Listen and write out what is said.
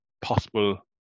possible